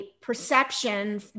perception